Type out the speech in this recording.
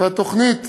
והתוכנית